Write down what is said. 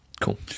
Cool